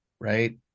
right